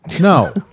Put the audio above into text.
No